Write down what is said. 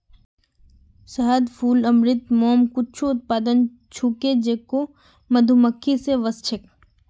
शहद, फूल अमृत, मोम कुछू उत्पाद छूके जेको मधुमक्खि स व स छेक